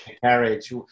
carriage